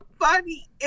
funny